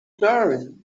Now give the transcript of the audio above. darwin